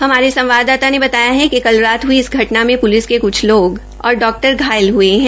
हमारे संवाददाता ने बताया कि कल रात हई इस घटना में प्लिस के क्छ लोग और डॉक्टर घायल हये है